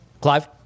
Clive